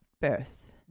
birth